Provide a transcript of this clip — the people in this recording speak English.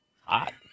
Hot